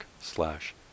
slash